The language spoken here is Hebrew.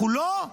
אנחנו לא,